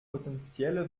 potenzielle